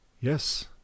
yes